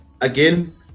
Again